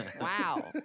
Wow